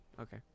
Okay